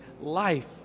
life